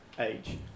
age